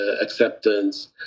acceptance